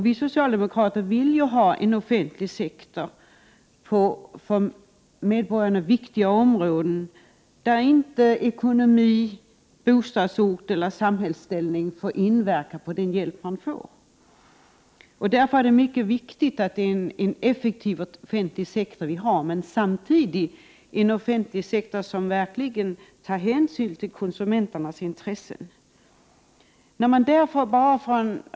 Vi socialdemokrater vill ju ha en offentlig sektor på för medborgarna viktiga områden där inte ekonomi, bostadsort eller samhällsställning får inverka på den hjälp man får. Därför är det mycket viktigt att vi har en effektiv offentlig sektor men samtidigt en offentlig sektor som verkligen tar hänsyn till konsumenternas intressen.